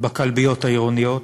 בכלביות העירוניות.